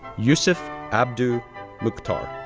yusuf abdu mukhtar,